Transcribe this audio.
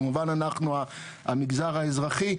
כמובן אנחנו המגזר האזרחי.